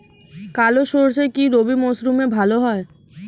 কালো সরষে কি রবি মরশুমে ভালো হয়?